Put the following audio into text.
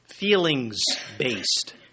Feelings-based